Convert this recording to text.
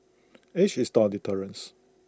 age is not A deterrence